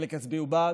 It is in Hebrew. וחלק יצביעו בעד,